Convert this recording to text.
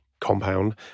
compound